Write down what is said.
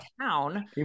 town